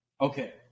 Okay